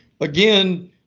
again